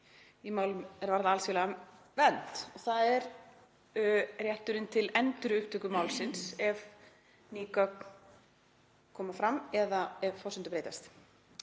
í málum er varða alþjóðlega vernd, þ.e. rétturinn til endurupptöku málsins ef ný gögn koma fram eða ef forsendur breytast.